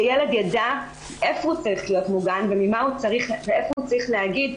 שילד ידע איפה הוא צריך להיות מוגן ואיפה הוא צריך להגיד,